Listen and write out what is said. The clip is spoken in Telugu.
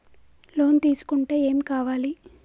లోన్ తీసుకుంటే ఏం కావాలి?